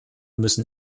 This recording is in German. müssen